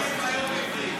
אדוני היושב-ראש,